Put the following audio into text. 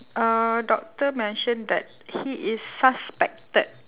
uh doctor mentioned that he is suspected